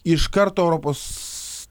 iš karto europos